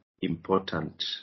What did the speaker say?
important